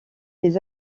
des